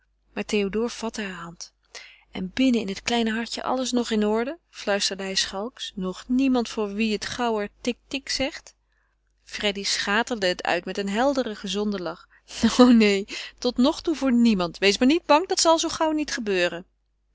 maar théodore vatte heure hand en binnen in het kleine hartje alles nog in orde fluisterde hij schalks nog niemand voor wien het gauwer tik tik zegt freddy schaterde het uit met een helderen gezonden lach o neen tot nog toe voor niemand wees maar niet bang dat zal zoo gauw niet gebeuren